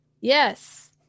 Yes